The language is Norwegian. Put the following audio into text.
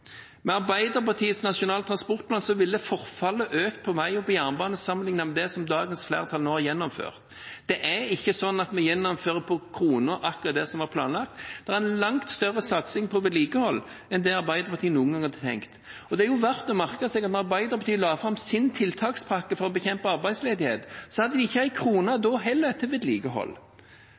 Med Arbeiderpartiets nasjonale transportplan ville forfallet økt på vei og jernbane, sammenlignet med det som dagens flertall nå har gjennomført. Det er ikke slik at vi gjennomfører på krona akkurat det som var planlagt; det er en langt større satsing på vedlikehold enn det Arbeiderpartiet noen gang hadde tenkt. Det er jo verdt å merke seg at da Arbeiderpartiet la fram sin tiltakspakke for å bekjempe arbeidsledighet, hadde vi heller ikke da en krone til vedlikehold.